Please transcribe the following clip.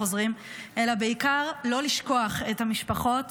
אלא בעיקר לא לשכוח את המשפחות